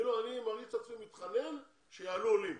כאילו אני מתחנן שיענו לי.